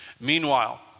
Meanwhile